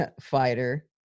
fighter